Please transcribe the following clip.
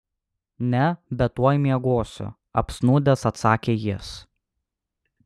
ne bet tuoj miegosiu apsnūdęs atsakė jis